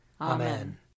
Amen